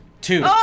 Two